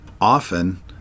often